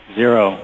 zero